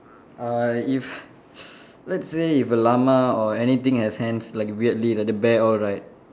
uh if let's say if a llama or anything has hands like weirdly like the bear all right